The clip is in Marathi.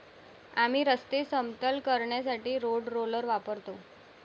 आम्ही रस्ते समतल करण्यासाठी रोड रोलर वापरतो